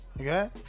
Okay